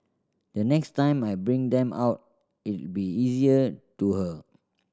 the next time I bring them out it'll be easier to her